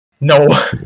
No